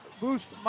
Boost